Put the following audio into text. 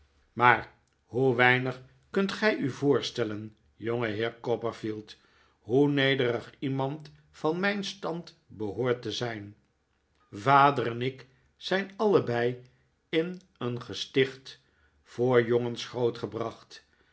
maar hoe weinig kunt gij u voorstellen jongeheer copperfield hoe nederig iemand van mijn stand behoort te zijn vader en ik zijn allebei in een gesticht voor jongens grootgebracht